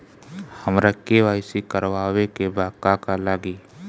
हमरा के.वाइ.सी करबाबे के बा का का लागि?